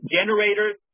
generators